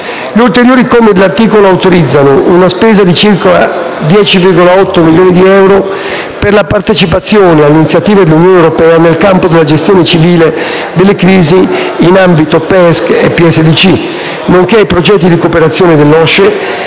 Gli ulteriori commi dell'articolo autorizzano: una spesa di circa 10,8 milioni di euro per la partecipazione alle iniziative dell'Unione europea nel campo della gestione civile delle crisi in ambito PESC-PSDC, nonché ai progetti di cooperazione dell'OSCE